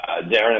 Darren